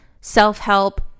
self-help